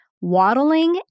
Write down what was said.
waddling